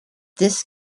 this